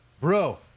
bro